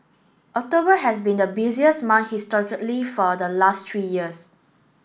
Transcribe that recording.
October has been the busiest month historically for the last three years